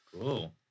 Cool